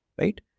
right